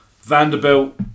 Vanderbilt